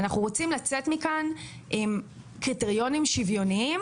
אנחנו רוצים לצאת מכאן עם קריטריונים שוויוניים